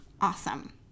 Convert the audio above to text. awesome